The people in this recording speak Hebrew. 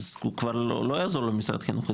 אז כבר לא יעזור לו משרד החינוך,